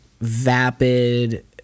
vapid